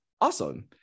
awesome